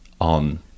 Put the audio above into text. on